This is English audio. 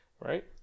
Right